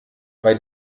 bei